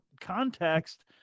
context